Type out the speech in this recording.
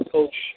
Coach